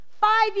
Five